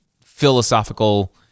philosophical